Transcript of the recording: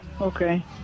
okay